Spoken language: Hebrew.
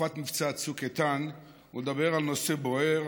לתקופת מבצע צוק איתן ולדבר על נושא בוער,